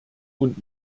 und